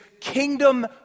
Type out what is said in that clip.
kingdom